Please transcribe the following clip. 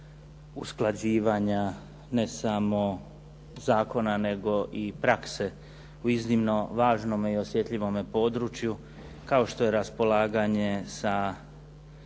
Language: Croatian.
usklađivanja ne samo zakona nego i prakse u iznimno važnome i osjetljivome području kao što je raspolaganje sa